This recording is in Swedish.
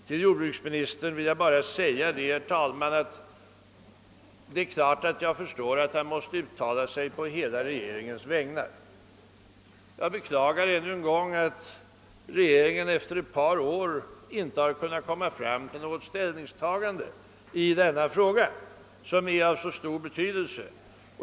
Till jordbruksministern vill jag säga att jag förstår att han självfallet måste uttala sig på hela regeringens vägnar. Jag beklagar ännu en gång att regeringen efter ett par år fortfarande inte kunnat komma fram till något ställningstagande i den fråga vi nu diskuterar, som är av så stor betydelse.